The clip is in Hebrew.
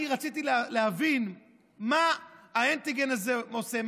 אני רציתי להבין מה האנטיגן הזה עושה,